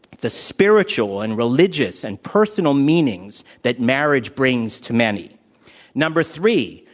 the spiritual and religious and personal meanings that marriage brings to many number three,